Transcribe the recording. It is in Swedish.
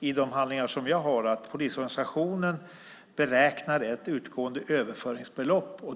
I de handlingar som jag har här står det att polisorganisationen beräknar ett utgående överföringsbelopp.